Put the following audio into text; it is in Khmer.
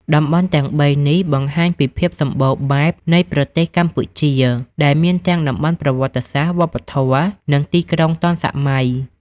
តំបន់ទាំងបីនេះបង្ហាញពីភាពសម្បូរបែបនៃប្រទេសកម្ពុជា ដែលមានទាំងតំបន់ប្រវត្តិសាស្ត្រ វប្បធម៌ និងទីក្រុងទាន់សម័យ។